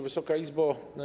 Wysoka Izbo!